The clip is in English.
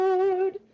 Lord